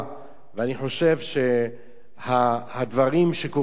אני חושב שהדברים שקורים היום